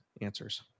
answers